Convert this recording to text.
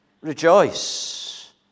rejoice